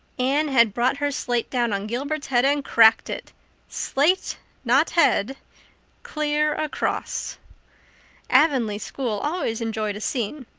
anne had brought her slate down on gilbert's head and cracked it slate not head clear across avonlea school always enjoyed a scene.